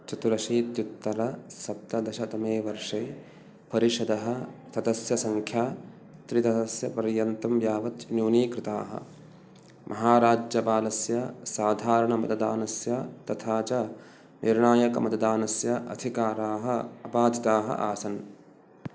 चतुरशीत्युत्तरसप्तदशतमे वर्षे परिषदः सदस्यसङ्ख्या त्रिदशस्य पर्यन्तं यावत् न्यूनीकृताः महाराज्यपालस्य साधारणमतदानस्य तथा च निर्णायकमतदानस्य अधिकाराः अबाधिताः आसन्